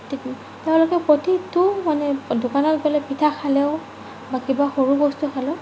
তেওঁলোকে প্ৰতিটো মানে দোকানত গ'লে পিঠা খালেও বা কিবা সৰু বস্তু খালেও